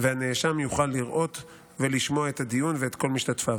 והנאשם יוכל לראות ולשמוע את הדיון ואת כל משתתפיו.